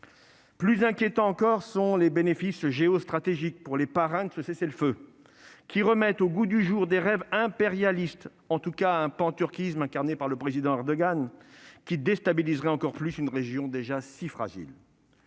Plus inquiétants encore sont les bénéfices géostratégiques pour les parrains de ce cessez-le-feu, qui remettent au goût du jour des rêves impérialistes, en tout cas un panturquisme incarné par le président Erdogan, qui déstabiliseraient plus encore une région déjà si fragile.